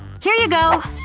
here you go!